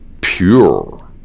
pure